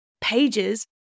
pages